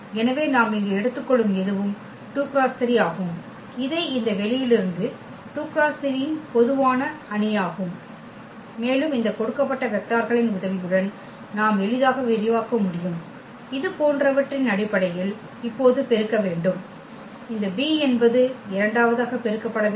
எனவே நாம் இங்கு எடுத்துக்கொள்ளும் எதுவும் 2 x 3 ஆகும் இது இந்த வெளியிலிருந்து 2 × 3 இன் பொதுவான அணி ஆகும் மேலும் இந்த கொடுக்கப்பட்ட வெக்டார்களின் உதவியுடன் நாம் எளிதாக விரிவாக்க முடியும் இது போன்றவற்றின் அடிப்படையில் இப்போது பெருக்க வேண்டும் இந்த b என்பது இரண்டாவதாக பெருக்கப்பட வேண்டும்